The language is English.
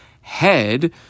head